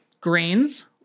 grains